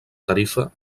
tarifa